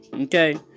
okay